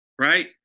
right